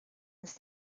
ist